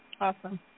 awesome